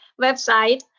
website